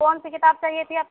کونسی کتاب چاہیے تھی آپ